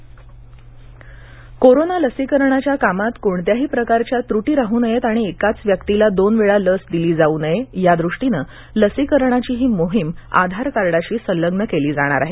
corona लसीकरण मोहीम corona लसीकरणाच्या कामात कोणत्याही प्रकारच्या त्रूटी राहू नयेत आणि एकाच व्यक्तीला दोनवेळा लस दिली जाऊ नये यादृष्टीनं लसीकरणाची ही मोहीम आधार कार्डाशी संलग्न केली जाणार आहे